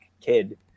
kid